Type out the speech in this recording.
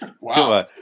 Wow